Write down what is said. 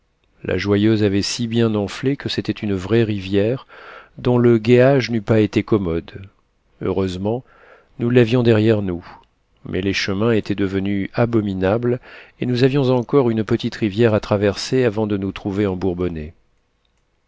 la joyeuse avait si bien enflé que c'était une vraie rivière dont le guéage n'eût pas été commode heureusement nous l'avions derrière nous mais les chemins étaient devenus abominables et nous avions encore une petite rivière à traverser avant de nous trouver en bourbonnais